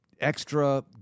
extra